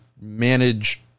manage